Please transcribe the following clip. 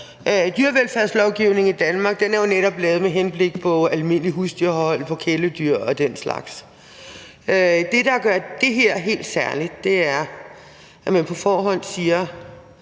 Dyrevelfærdslovgivningen i Danmark er jo netop lavet med henblik på almindelige husdyrhold, kæledyr og den slags. Det, der gør det her helt særligt, er, at man på forhånd siger,